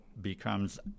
becomes